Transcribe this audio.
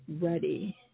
ready